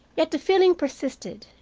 yet the feeling persisted,